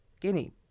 Guinea